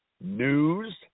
news